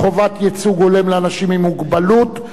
חובת ייצוג הולם לאנשים עם מוגבלות),